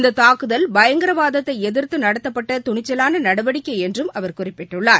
இந்த தாக்குதல் பயங்கரவாதத்தை எதிர்த்து நடத்தப்பட்ட துணிச்சலான நடவடிக்கை என்றும் அவர் குறிப்பிட்டுள்ளார்